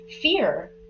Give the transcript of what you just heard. fear